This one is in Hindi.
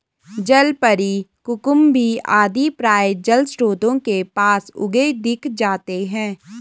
जलपरी, कुकुम्भी आदि प्रायः जलस्रोतों के पास उगे दिख जाते हैं